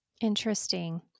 Interesting